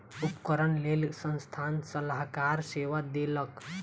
उपकरणक लेल संस्थान सलाहकार सेवा देलक